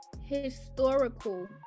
historical